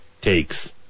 takes